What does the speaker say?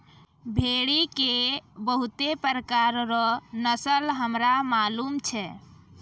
भेड़ी के बहुते प्रकार रो नस्ल हमरा मालूम छै